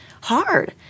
hard